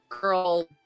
girl